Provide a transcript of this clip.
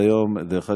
דרך אגב,